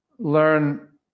learn